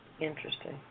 Interesting